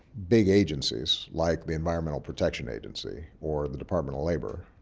big agencies, like the environmental protection agency or the department of labor,